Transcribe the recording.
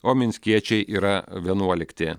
o minskiečiai yra vienuolikti